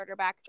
quarterbacks